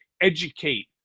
educate